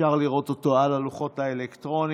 ואפשר לראות אותו על הלוחות האלקטרוניים.